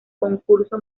concurso